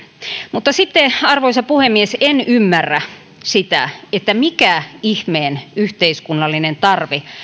mutta sitten arvoisa puhemies en ymmärrä sitä mikä ihmeen yhteiskunnallinen tarve